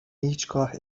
هیچگاه